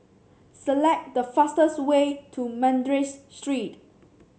select the fastest way to Madras Street